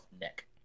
neck